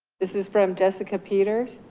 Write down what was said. this is from jessica peters.